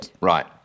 Right